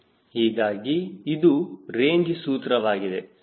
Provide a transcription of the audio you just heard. ಹೀಗಾಗಿ ಇದು ರೇಂಜ್ ಸೂತ್ರವಾಗಿದೆ